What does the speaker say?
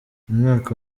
umwaka